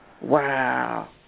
Wow